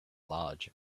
large